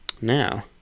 Now